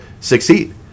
succeed